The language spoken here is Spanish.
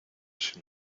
sin